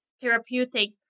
therapeutic